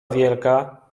wielka